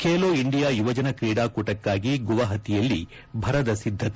Khelo India ಯುವಜನ ಕ್ರೀಡಾಕೂಟಕ್ನಾಗಿ ಗುವಾಹತಿಯಲ್ಲಿ ಭರದ ಸಿದ್ದತೆ